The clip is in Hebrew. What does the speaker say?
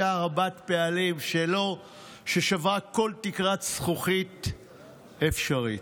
אישה רבת-פעלים, ששברה כל תקרת זכוכית אפשרית,